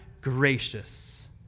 gracious